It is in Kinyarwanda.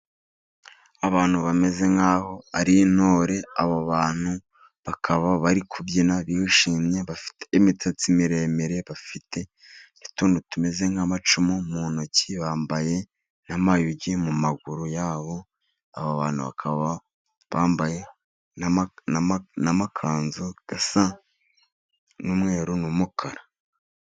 Abantu bameze nk'aho ari intore, abo bantu bakaba bari kubyina bishimye, bafite imisatsi miremire, bafite n'ututuntu tumeze nk'amacumu mu ntoki, bambaye nk'amayugi mu maguru yabo, aba bantu bakaba bambaye n'amakanzu asa n'umweru n'umukara.